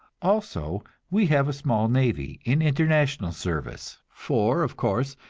also, we have a small navy in international service for, of course,